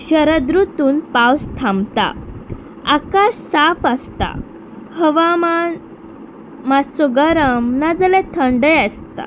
शरद रुतून पावस थांबता आकाश साफ आसता हवामान मातसो गरम नाजाल्यार थंडय आसता